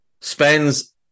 Spends